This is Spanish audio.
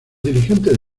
dirigentes